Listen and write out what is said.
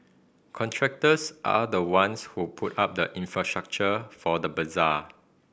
contractors are the ones who put up the infrastructure for the bazaar